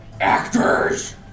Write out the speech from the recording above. Actors